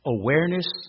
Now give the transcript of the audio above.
Awareness